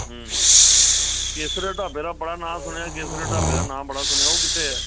ਕੇਸਰ ਦੇ ਢਾਬੇ ਦਾ ਬੜਾ ਨਾਂ ਸੁਣਿਆ ਕੇਸਰ ਦੇ ਢਾਬੇ ਦਾ ਨਾਮ ਬੜਾ ਸੁਣਿਆ ਉਹ ਕਿੱਥੇ ਆ